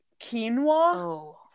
quinoa